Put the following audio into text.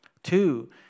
Two